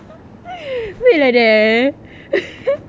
really like that eh